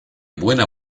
buena